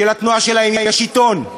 שלתנועה שלהם יש עיתון,